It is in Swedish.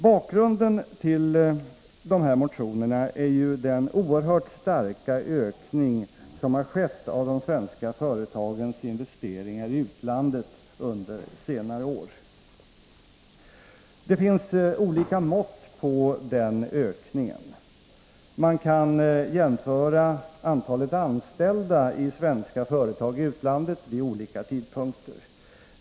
Bakgrunden till motionerna är den oerhört starka ökning som har skett av de svenska företagens investeringar i utlandet under senare år. Det finns olika mått på den ökningen. Man kan jämföra antalet anställda i svenska företag i utlandet vid olika tidpunkter.